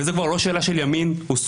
וזה כבר לא שאלה של ימין ושמאל.